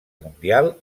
mundial